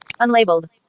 Unlabeled